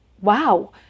wow